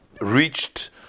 reached